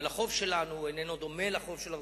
אבל החוב שלנו איננו דומה לחוב של ארצות-הברית.